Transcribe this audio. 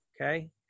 Okay